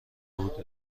بود